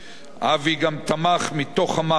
אבי גם תמך מתוך המערכת,